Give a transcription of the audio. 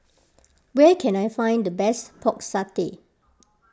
where can I find the best Pork Satay